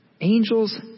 Angels